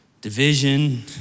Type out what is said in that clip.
division